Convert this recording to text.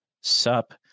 Sup